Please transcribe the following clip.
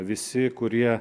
visi kurie